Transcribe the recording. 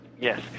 Yes